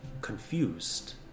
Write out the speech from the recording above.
confused